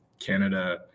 Canada